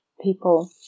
people